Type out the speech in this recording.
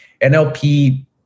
NLP